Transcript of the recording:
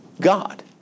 God